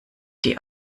die